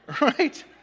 right